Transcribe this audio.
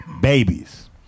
babies